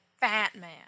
Batman